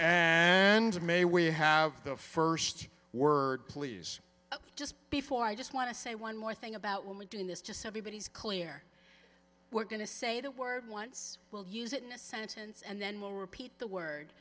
and may we have the first word please just before i just want to say one more thing about when we doing this just everybody is clear we're going to say the word once we'll use it in a sentence and then we'll repeat the word